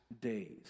days